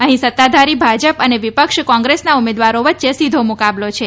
અહીં સત્તાધારી ભાજપ અને વિપક્ષ કોંગ્રેસના ઉમેદવારો વચ્ચે સીધો મુકાબલો છે